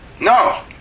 No